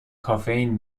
کافئین